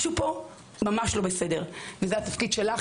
משהו פה ממש לא בסדר, ומירב, זה התפקיד שלך,